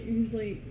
usually